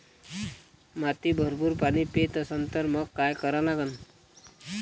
माती भरपूर पाणी पेत असन तर मंग काय करा लागन?